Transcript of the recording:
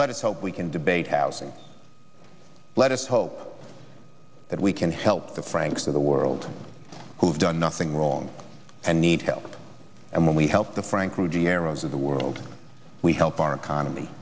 let's hope we can debate housing let us hope that we can help the frank's of the world who have done nothing wrong and need help and when we help the frank ruggie arrow's of the world we help our economy